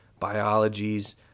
biologies